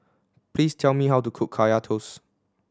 please tell me how to cook Kaya Toast